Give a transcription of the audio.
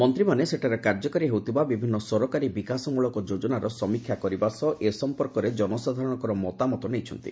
ମନ୍ତ୍ରୀମାନେ ସେଠାରେ କାର୍ଯ୍ୟକାରୀ ହେଉଥିବା ବିଭିନ୍ନ ସରକାରୀ ବିକାଶମ୍ଭଳକ ଯୋଜନାର ସମୀକ୍ଷା କରିବା ସହ ଏ ସଂପର୍କରେ ଜନସାଧାରଣଙ୍କର ମତାମତ ନେଇଛନ୍ତି